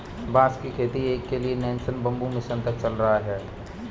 बांस की खेती तक के लिए नेशनल बैम्बू मिशन तक चल रहा है